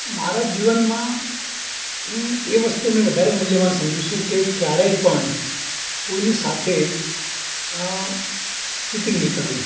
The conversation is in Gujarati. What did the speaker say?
મારા જીવનમાં હું એ વસ્તુને વધારે મૂલ્યવાન સમજું છું કે ક્યારેય પણ કોઇની સાથે ચિટિંગ નહીં કરું